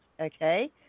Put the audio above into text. okay